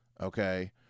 Okay